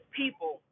people